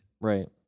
Right